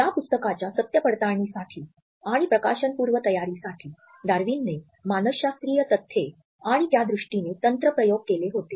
या पुस्तकाच्या सत्यपडताळणीसाठी आणि प्रकाशनापूर्व तयारीसाठी डार्विनने मानसशास्त्रीय तथ्ये आणि त्या दृष्टीने तंत्र प्रयोग केले होते